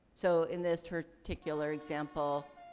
so in this particular example,